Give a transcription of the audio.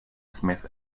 smith